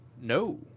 No